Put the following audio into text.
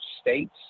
states